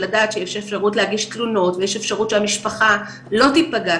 שלדעת שיש אפשרות להגיש תלונות ויש אפשרות שהמשפחה לא תיפגע,